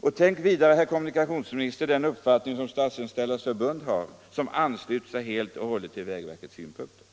Och tänk vidare på, herr kommunikationsminister, den uppfattning som Statsanställdas förbund har, som ansluter sig helt och hållet till vägverkets synpunkter!